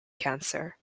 cancer